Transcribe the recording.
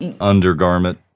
undergarment